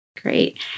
Great